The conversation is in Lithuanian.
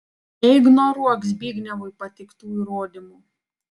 neignoruok zbignevui pateiktų įrodymų